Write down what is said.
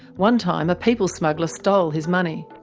one time a people smuggler stole his money.